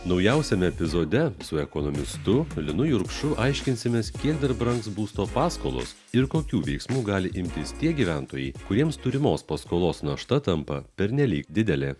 naujausiame epizode su ekonomistu linu jurkšu aiškinsimės kiek dar brangs būsto paskolos ir kokių veiksmų gali imtis tie gyventojai kuriems turimos paskolos našta tampa pernelyg didelė